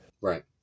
Right